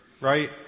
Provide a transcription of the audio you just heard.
right